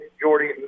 Jordy